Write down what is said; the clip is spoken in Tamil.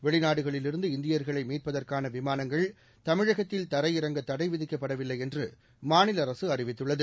வெளிநாடுகளிலிருந்து இந்தியர்களை மீட்பதற்கான விமானங்கள் தமிழகத்தில் தரையிறங்க தடை விதிக்கப்படவில்லை என்று மாநில அரசு அறிவித்துள்ளது